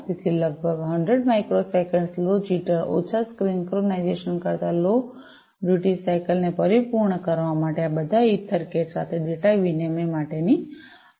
તેથી લગભગ 100 microseconds low jitter ઓછા સિંક્રોનાઇઝેશન કરતા લો ડ્યૂટિ સાયકલ ને પરિપૂર્ણ કરવા માટે આ બધાં ઇથરકેટ સાથે ડેટા વિનિમય માટેની આવશ્યકતાઓ છે